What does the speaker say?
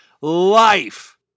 life